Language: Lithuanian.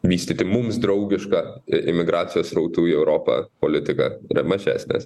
vystyti mums draugišką i imigracijos srautų į europą politiką yra mažesnės